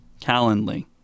Calendly